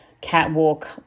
catwalk